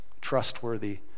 trustworthy